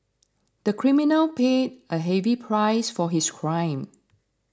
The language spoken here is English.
the criminal paid a heavy price for his crime